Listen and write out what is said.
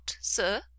sir